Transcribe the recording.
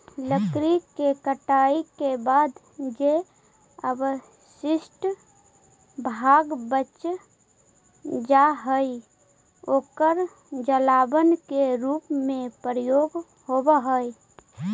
लकड़ी के कटाई के बाद जे अवशिष्ट भाग बच जा हई, ओकर जलावन के रूप में प्रयोग होवऽ हई